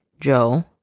Joe